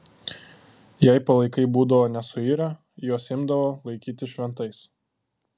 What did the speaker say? jei palaikai būdavo nesuirę juos imdavo laikyti šventais